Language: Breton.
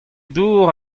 dour